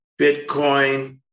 Bitcoin